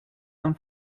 han